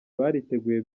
bariteguye